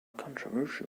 controversial